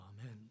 Amen